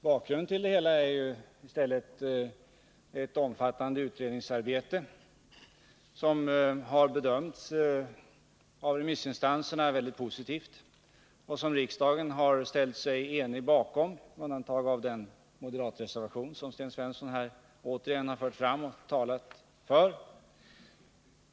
Bakgrunden till det hela är ett omfattande utredningsarbete, som av remissinstanserna har bedömts väldigt positivt och som riksdagen har ställt sig bakom med undantag för den moderatreservation som Sten Svensson här återigen talat för.